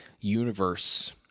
universe